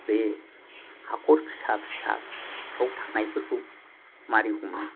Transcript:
बे हाखर फिसा फिसाफ्राव थानायफोरखौ मारै हमो